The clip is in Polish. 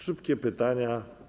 Szybkie pytania.